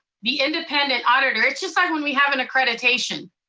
the independent auditor, it's just like when we have an accreditation.